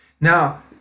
Now